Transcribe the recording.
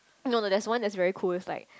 no no that's one that is very cool is like